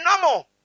normal